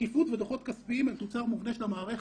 שקיפות ודוחות כספיים הם תוצר מובנה של המערכת.